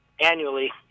annually